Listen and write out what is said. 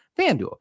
FanDuel